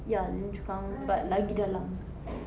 ya lim chu kang but lagi dalam